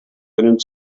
können